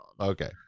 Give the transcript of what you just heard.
Okay